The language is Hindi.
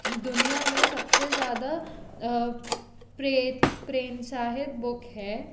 दुनिया में सब से ज़्यादा प्रे बुक है